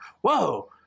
whoa